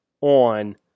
on